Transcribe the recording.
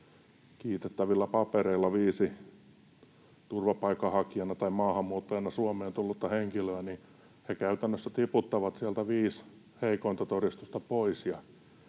kiitettävillä papereilla viisi turvapaikanhakijana tai maahanmuuttajana Suomeen tullutta henkilöä, niin he käytännössä tiputtavat sieltä viisi heikointa todistusta pois,